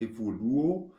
evoluo